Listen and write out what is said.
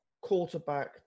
quarterback